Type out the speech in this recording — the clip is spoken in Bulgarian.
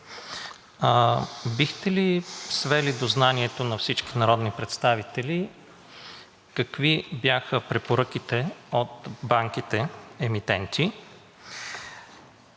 Бихте ли свели до знанието на всички народни представители какви бяха препоръките от банките емитенти?